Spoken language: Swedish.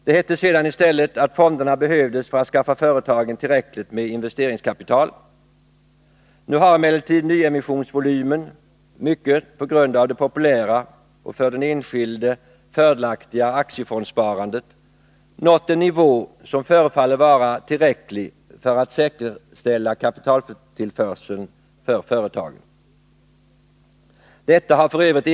Det hette sedan i stället att fonderna behövdes för att skaffa företagen tillräckligt med investeringskapital. Nu har emellertid nyemissionsvolymen, mycket på grund av det populära och för den enskilde fördelaktiga aktiefondsparandet, nått en nivå som förefaller vara tillräcklig för att säkerställa kapitaltillförseln för företagen. Detta har f.ö.